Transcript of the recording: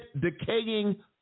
decaying